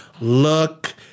look